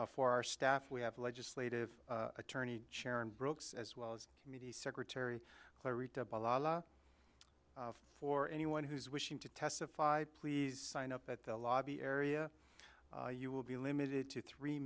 for our staff we have legislative attorney sharon brooks as well as committee secretary for anyone who's wishing to testify please sign up at the lobby area you will be limited to three